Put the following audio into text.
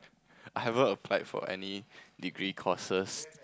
I haven't applied for any degree courses